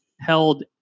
held